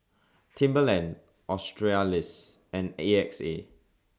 Timberland Australis and A X A